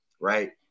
right